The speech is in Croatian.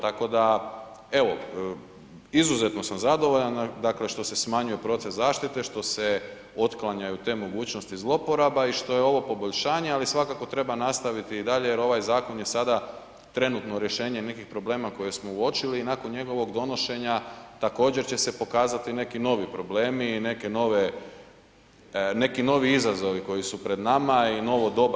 Tako da evo, izuzetno sam zadovoljan dakle što se smanjuje proces zaštite, što se otklanjaju te mogućnosti zlouporaba i što je ovo poboljšanje, ali svakako treba nastaviti i dalje jer ovaj zakon je sada trenutno rješenje nekih problema koje smo uočili i nakon njegovog donošenja također će se pokazati neki novi problemi i neke nove, neki novi izazovi koji su pred nama i novo doba.